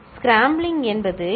scrambling என்பது L